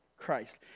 christ